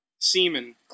semen